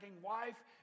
wife